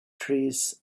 trees